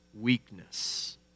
weakness